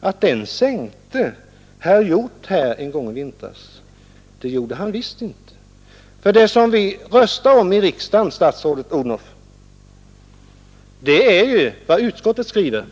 sade att den sänkte herr Hjorth här en gång i vintras. Det gjorde han visst inte. Det som vi röstar om i riksdagen, statsrådet Odhnoff, är ju utskottsutlåtandet.